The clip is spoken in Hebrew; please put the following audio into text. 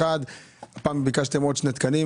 הפעם ביקשתם עוד שני תקנים